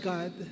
God